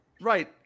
right